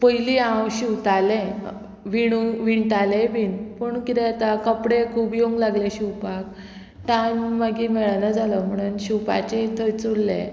पयलीं हांव शिंवतालें विणू विणतालें बीन पूण कितें जाता कपडे खूब येवंक लागले शिंवपाक टायम मागीर मेळना जालो म्हणोन शिंवपाचेय थंय उल्लें